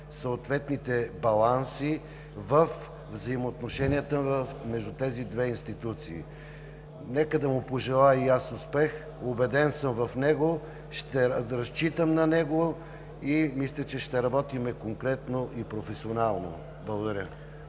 съответните баланси във взаимоотношенията между тези две институции. Нека да му пожелая и аз успех! Убеден съм в него, ще разчитам на него и мисля, че ще работим конкретно и професионално. Благодаря